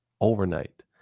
Overnight